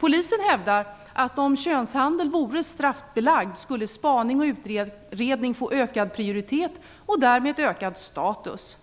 Polisen hävdar att om könshandeln vore straffbelagd, skulle spanings och utredningsverksamhet få ökad prioritet och därmed ökad status.